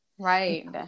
Right